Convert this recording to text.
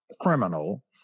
criminal